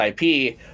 ip